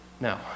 No